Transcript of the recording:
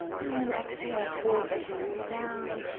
and then exhale, float the hands down.